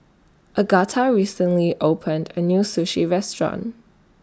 Agatha recently opened A New Sushi Restaurant